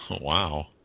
Wow